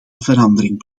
verandering